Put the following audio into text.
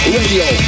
Radio